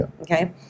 Okay